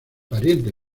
pariente